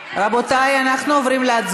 רויטל, לא היית צריכה לעלות.